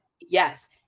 yes